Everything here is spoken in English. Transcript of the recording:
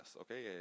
okay